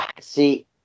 See